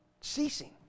ceasing